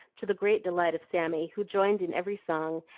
to the great delight of sammy, who joined in every song,